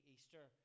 Easter